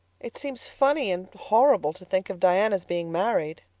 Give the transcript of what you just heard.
it seems funny and horrible to think of diana's being married,